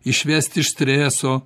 išvest iš streso